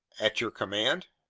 at your command?